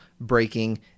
breaking